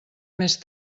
més